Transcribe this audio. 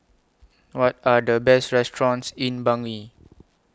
What Are The Best restaurants in Bangui